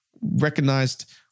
recognized